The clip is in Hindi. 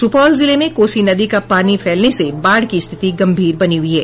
सुपौल जिले में कोसी नदी का पानी फैलने से बाढ़ की स्थिति गंभीर बनी हुई है